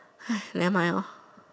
nevermind lor